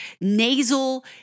nasal